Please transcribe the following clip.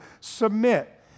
submit